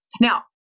Now